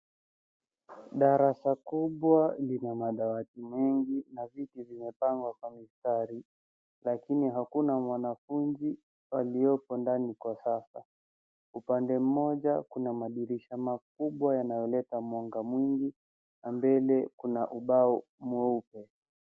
Darasa kubwa lina madawati mengi na vitu vimepangwa kwa mstari, lakini hakuna mwanafunzi alioko ndani kwa sasa. Upande moja kuna madirisha kubwa yanayoleta mwanga mwingi na mbele kuna ubao mweupe.